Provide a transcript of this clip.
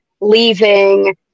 leaving